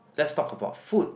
let's talk about food